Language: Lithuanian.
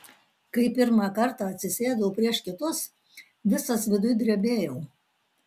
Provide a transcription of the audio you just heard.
kai pirmą kartą atsisėdau prieš kitus visas viduj drebėjau